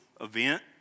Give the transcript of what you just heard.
event